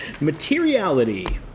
Materiality